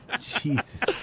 Jesus